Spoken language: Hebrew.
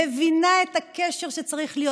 מבינה את הקשר שצריך להיות.